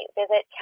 visit